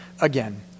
again